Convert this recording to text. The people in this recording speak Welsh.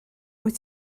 wyt